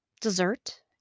dessert